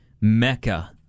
mecca